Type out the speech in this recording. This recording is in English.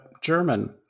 German